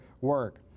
work